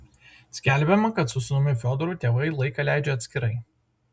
skelbiama kad su sūnumi fiodoru tėvai laiką leidžia atskirai